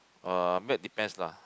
uh milk depends lah